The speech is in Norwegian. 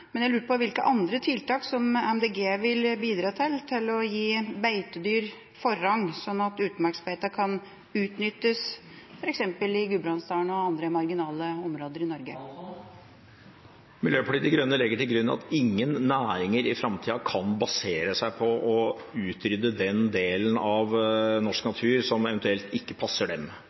men jeg lurte på hvilke andre tiltak Miljøpartiet De Grønne vil bidra til for å gi beitedyr forrang sånn at utmarksbeitene kan utnyttes f.eks. i Gudbrandsdalen og i andre marginale områder i Norge? Miljøpartiet De Grønne legger til grunn at ingen næringer i framtida kan basere seg på å utrydde den delen av norsk natur som eventuelt ikke passer dem.